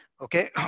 Okay